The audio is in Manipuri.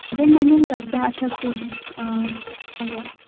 ꯑꯗꯨꯝ ꯃꯅꯨꯡꯗ ꯑꯆꯥ ꯑꯊꯛꯁꯨ ꯑꯗꯨꯝ ꯑ ꯍꯣꯏ ꯍꯣꯏ